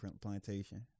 plantation